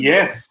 Yes